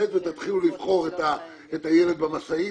z ותתחילו לבחור את הילד במשאית,